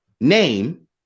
Name